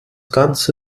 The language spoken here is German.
ganze